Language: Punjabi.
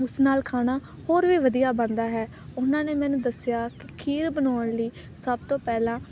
ਉਸ ਨਾਲ ਖਾਣਾ ਹੋਰ ਵੀ ਵਧੀਆ ਬਣਦਾ ਹੈ ਉਹਨਾਂ ਨੇ ਮੈਨੂੰ ਦੱਸਿਆ ਕਿ ਖੀਰ ਬਣਾਉਣ ਲਈ ਸਭ ਤੋਂ ਪਹਿਲਾਂ